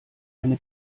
eine